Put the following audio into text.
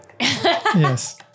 Yes